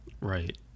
Right